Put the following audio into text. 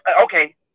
okay